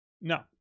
No